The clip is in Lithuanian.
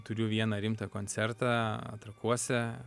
turiu vieną rimtą koncertą trakuose